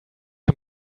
him